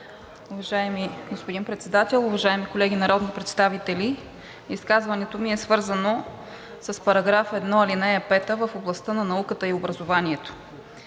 Уважаеми господин Председател, уважаеми колеги народни представители! Изказването ми е свързано с § 1, ал. 5 в областта на науката и образованието.